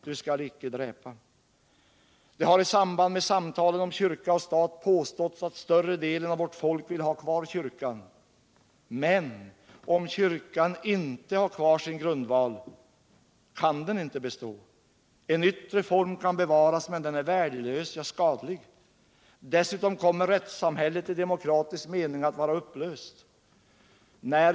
”Du skall icke dräpa!” Det har i samband med samtalen om kyrka och stat påståtts att större delen av vårt folk vill ha kyrkan kvar — men om kyrkan inte har kvar sin grundval, kan den inte bestå. En yttre form kan bevaras, men den är värdelös, ja, skadlig. Dessutom kommer rättssamhället i demokratisk mening att vara upplöst.